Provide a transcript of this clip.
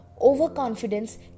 Overconfidence